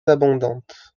abondante